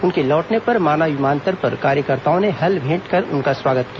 उनके लौटने पर माना विमानतल पर कार्यकर्ताओं ने हल भेंट कर उनका स्वागत किया